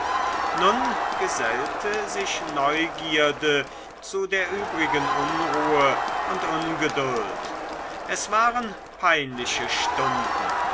nun gesellte sich neugierde zu der übrigen unruhe und ungeduld es waren peinliche stunden